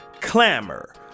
clamor